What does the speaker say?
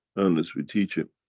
unless we teach him,